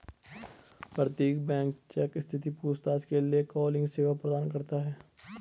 प्रत्येक bank cheque स्थिति पूछताछ के लिए कॉलिंग सेवा प्रदान करता हैं